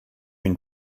une